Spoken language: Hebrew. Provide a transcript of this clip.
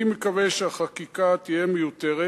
אני מקווה שהחקיקה תהיה מיותרת,